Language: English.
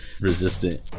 resistant